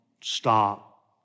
stop